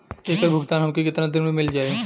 ऐकर भुगतान हमके कितना दिन में मील जाई?